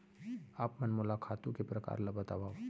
आप मन मोला खातू के प्रकार ल बतावव?